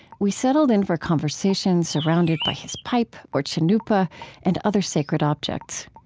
we settled in for conversation surrounded by his pipe or cannupa and other sacred objects.